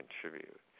contribute